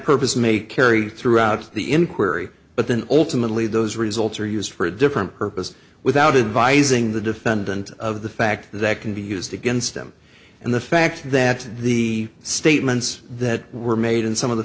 purpose may carry throughout the inquiry but then ultimately those results are used for a different purpose without advising the defendant of the fact that can be used against them and the fact that the statements that were made and some of the